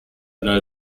know